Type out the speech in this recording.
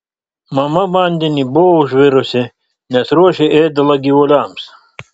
mama vandenį buvo užvirusi nes ruošė ėdalą gyvuliams